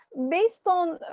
based on